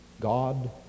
God